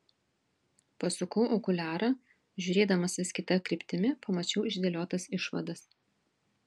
pasukau okuliarą žiūrėdamas vis kita kryptimi pamačiau išdėliotas išvadas